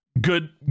good